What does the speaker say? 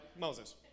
Moses